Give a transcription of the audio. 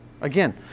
again